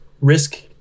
risk